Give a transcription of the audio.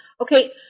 Okay